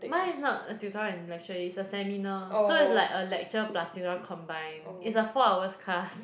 mine is not a tutorial and lecture is a seminar so is like a lecture plus tutorial combined is a four hours class